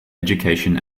education